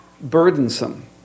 burdensome